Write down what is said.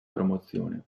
promozione